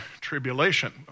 tribulation